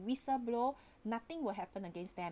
whistle blow nothing will happen against them